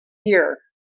here